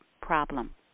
problem